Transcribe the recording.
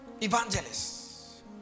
evangelists